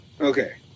Okay